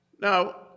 Now